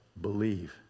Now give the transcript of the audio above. believe